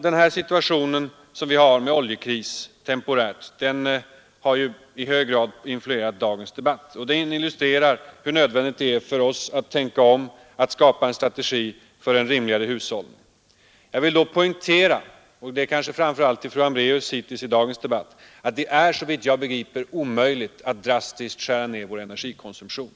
Den situation som vi nu råkat in i med temporär oljekris har i hög grad influerat dagens debatt. Debatten illustrerar hur nödvändigt det är för oss att tänka om och att skapa en strategi för en rimligare hushållning. Jag vill där poängtera, och vänder mig kanske då främst till fru Hambraeus, som har talat om det i dagens debatt, att det såvitt jag begriper är omöjligt att drastiskt skära ned vår energikonsumtion.